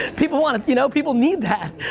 people wanna, you know, people need that.